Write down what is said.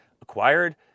acquired